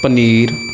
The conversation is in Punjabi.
ਪਨੀਰ